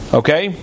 okay